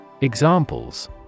Examples